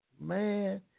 Man